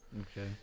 Okay